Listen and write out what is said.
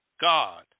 God